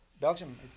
Belgium